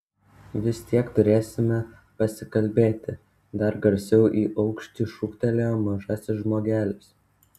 vis tiek turėsime pasikalbėti dar garsiau į aukštį šūktelėjo mažasis žmogelis